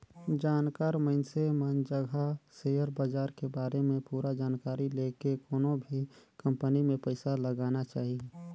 जानकार मइनसे मन जघा सेयर बाजार के बारे में पूरा जानकारी लेके कोनो भी कंपनी मे पइसा लगाना चाही